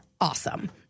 awesome